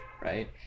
right